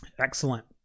Excellent